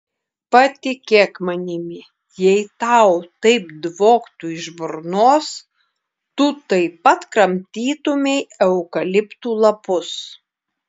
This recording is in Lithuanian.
patikėk manimi jei tau taip dvoktų iš burnos tu taip pat kramtytumei eukaliptų lapus